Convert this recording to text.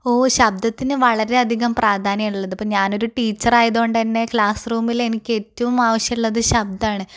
ഓ ശബ്ദത്തിന് വളരെ അധികം പ്രാധാന്യമുള്ളത് ഇപ്പോൾ ഞാൻ ഒരു ടീച്ചർ ആയതുകൊണ്ട് തന്നെ ക്ലാസ് റൂമിൽ എനിക്ക് ഏറ്റവും ആവശ്യമുള്ളത് ശബ്ദമാണ്